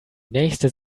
nächste